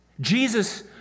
Jesus